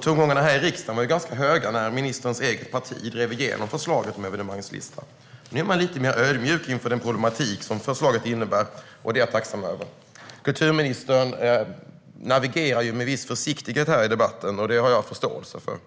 Tongångarna här i riksdagen var ganska höga när ministerns eget parti drev igenom förslaget med en evenemangslista. Nu är man lite mer ödmjuk inför den problematik som förslaget innebär, och det är jag tacksam för. Kulturministern navigerar med viss försiktighet i debatten, och det har jag förståelse för.